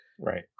right